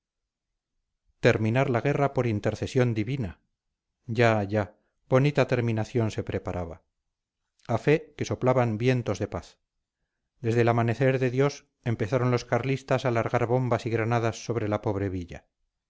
terminar la guerra por intercesión divina ya ya bonita terminación se preparaba a fe que soplaban vientos de paz desde el amanecer de dios empezaron los carlistas a largar bombas y granadas sobre la pobre villa